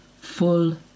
full